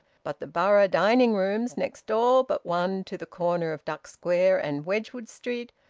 but the borough dining rooms, next door but one to the corner of duck square and wedgwood street,